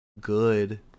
good